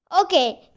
Okay